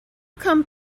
come